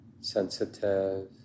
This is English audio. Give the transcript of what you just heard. sensitive